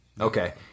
Okay